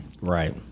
Right